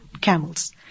camels